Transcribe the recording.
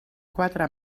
quatre